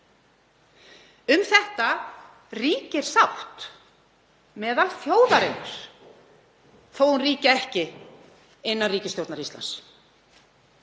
Um þetta ríkir sátt meðal þjóðarinnar þótt hún ríki ekki innan ríkisstjórnar Íslands.